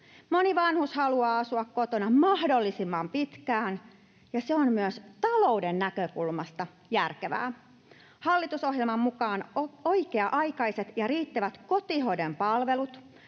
Moni vanhus haluaa asua kotona mahdollisimman pitkään, ja se on myös talouden näkökulmasta järkevää. Hallitusohjelman mukaan oikea-aikaiset ja riittävät kotihoidon palvelut,